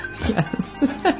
Yes